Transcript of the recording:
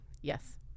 Yes